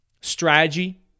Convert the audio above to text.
strategy